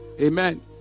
Amen